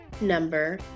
number